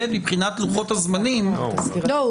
מבחינת לוחות הזמנים --- לא,